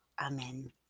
amen